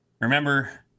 Remember